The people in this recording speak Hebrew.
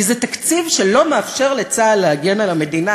כי זה תקציב שלא מאפשר לצה"ל להגן על המדינה.